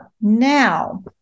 now